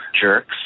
jerks